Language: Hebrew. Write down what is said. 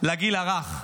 לגיל הרך.